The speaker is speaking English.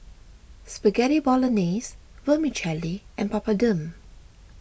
Spaghetti Bolognese Vermicelli and Papadum